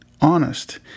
honest